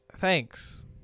thanks